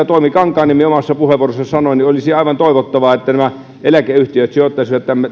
toimi kankaanniemi omassa puheenvuorossaan sanoi niin olisi aivan toivottavaa että eläkeyhtiöt sijoittaisivat